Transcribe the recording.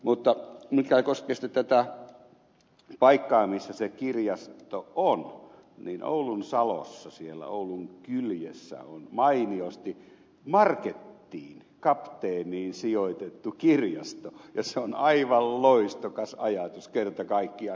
mutta mikä koskee sitten tätä paikkaa missä se kirjasto on niin oulunsalossa siellä oulun kyljessä on mainiosti markettiin kapteeniin sijoitettu kirjasto ja se on aivan loistokas ajatus kerta kaikkiaan